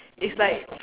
it's like